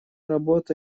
работа